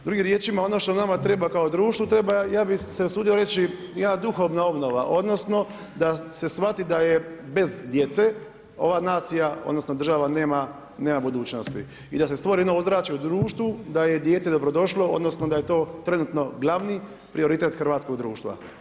Drugim riječima ono što nama treba kao društvu treba ja bih se usudio reći jedna duhovna obnova odnosno da se shvati da je bez djece ova nacija odnosno država nema budućnosti i da se stvori jedno ozračje u društvu da je dijete dobro došlo odnosno da je to trenutno glavni prioritet hrvatskog društva.